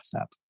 app